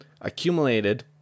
accumulated